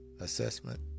assessment